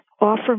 Offer